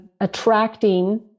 attracting